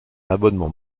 abonnement